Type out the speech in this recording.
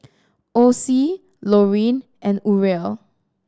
Ocie Loreen and Uriel